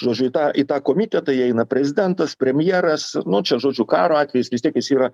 žodžiu į tą į tą komitetą įeina prezidentas premjeras nu čia žodžiu karo atvejis vis tiek jis yra